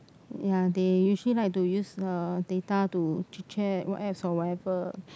ya they usually like to use the data to check what apps or whatever